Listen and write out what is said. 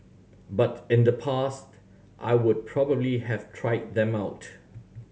but in the past I would probably have tried them out